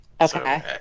Okay